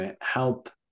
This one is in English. help